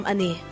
Ani